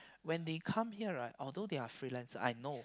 when they come here right although they're freelancer I know